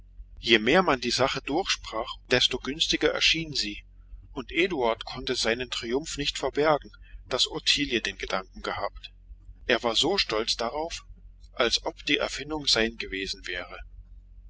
je mehr man die sache durchsprach desto günstiger erschien sie und eduard konnte seinen triumph nicht bergen daß ottilie den gedanken gehabt er war so stolz darauf als ob die erfindung sein gewesen wäre